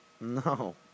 No